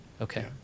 Okay